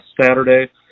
Saturday